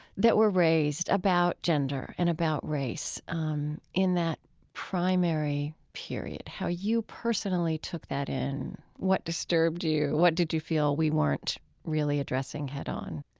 that were raised about gender and about race um in that primary period. how you personally took that in. what disturbed you? what did you feel we weren't really addressing head-on?